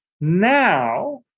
now